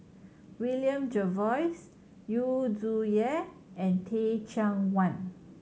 William Jervois Yu Zhuye and Teh Cheang Wan